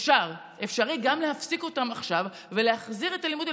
אפשר גם להפסיק אותם עכשיו ולהחזיר את הלימודים.